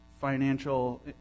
financial